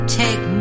take